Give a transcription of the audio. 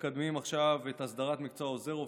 מקדמים עכשיו את הסדרת מקצוע עוזר רופא,